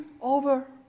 over